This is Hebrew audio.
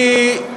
אני,